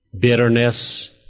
bitterness